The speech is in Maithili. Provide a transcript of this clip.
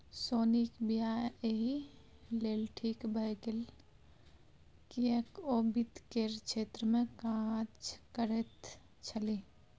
सोनीक वियाह एहि लेल ठीक भए गेल किएक ओ वित्त केर क्षेत्रमे काज करैत छलीह